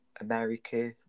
America